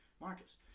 Marcus